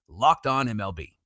LOCKEDONMLB